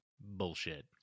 Bullshit